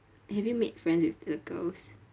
have you made friends with the girls